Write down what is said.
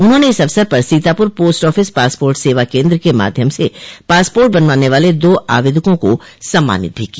उन्हाने इस अवसर पर सीतापुर पोस्ट आफिस पासपोर्ट सेवा केन्द्र के माध्यम से पासपोर्ट बनवाने वाले दो आवेदकों को सम्मानित भी किया